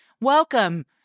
welcome